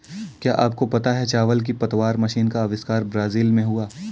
क्या आपको पता है चावल की पतवार मशीन का अविष्कार ब्राज़ील में हुआ